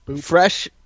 Fresh